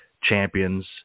champions